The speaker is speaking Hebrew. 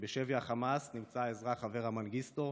וכי בשבי החמאס נמצא האזרח אברה מנגיסטו,